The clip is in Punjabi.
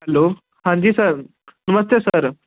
ਹੈਲੋ ਹਾਂਜੀ ਸਰ ਨਮਸਤੇ ਸਰ